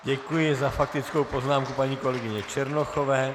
Děkuji za faktickou poznámku paní kolegyně Černochové.